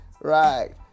right